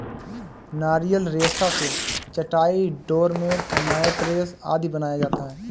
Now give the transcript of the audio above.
नारियल रेशा से चटाई, डोरमेट, मैटरेस आदि बनाया जाता है